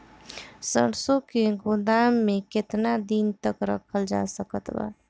सरसों के गोदाम में केतना दिन तक रखल जा सकत बा?